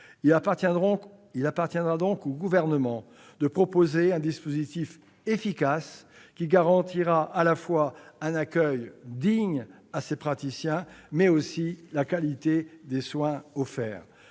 Il appartiendra donc au Gouvernement de proposer un dispositif efficace qui garantira à la fois un accueil digne à ces praticiens, mais aussi la qualité des soins offerts.